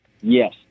Yes